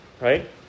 right